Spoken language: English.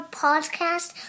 podcast